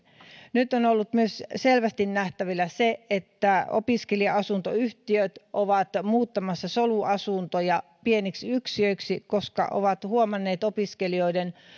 nyt on ollut selvästi nähtävillä myös se että opiskelija asuntoyhtiöt ovat muuttamassa soluasuntoja pieniksi yksiöiksi koska ne ovat huomanneet opiskelijoiden